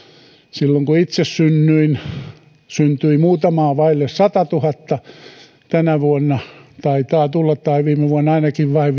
silloin kun itse synnyin syntyi muutamaa vaille satatuhatta tänä vuonna taitaa tulla tai viime vuonna ainakin vain